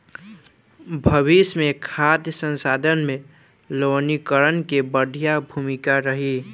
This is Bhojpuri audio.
भविष्य मे खाद्य संसाधन में लवणीकरण के बढ़िया भूमिका रही